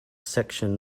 section